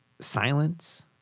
silence